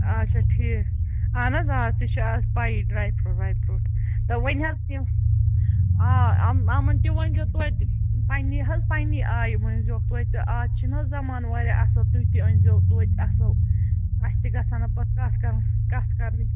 اَچھا ٹھیٖک اَہَن حظ آ تہِ چھِ اَز پَیِی ڈرٛاے فرٛوٗٹ واے فرٛوٗٹ تہٕ وۅنۍ حظ یِم آ یِم یِمن تہِ ؤنۍ زِیٚو توتہِ پَنٕنِی حظ پَنٕنِی آیہِ ؤنۍ زِیٚوٗکھ توتہِ تہٕ اَز چھِنہٕ حظ زَمانہٕ واریاہ اَصٕل تُہۍ تہِ أنۍزیٚو توتہِ اَصٕل اَسہِ تہِ گژھن نہٕ پَتہٕ کَتھ کَرٕنۍ کَتھٕ کَرنہِ